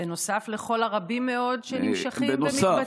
בנוסף לכל הרבים מאוד שנמשכים ומתבצעים.